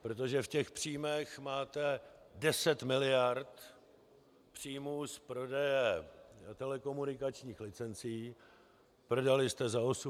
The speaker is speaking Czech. Protože v příjmech máte 10 miliard příjmů z prodeje telekomunikačních licencí, prodali jste za 8,5.